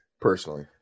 personally